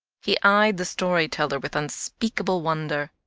he eyed the story-teller with unspeakable wonder.